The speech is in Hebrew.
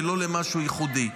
ולא למשהו ייחודי.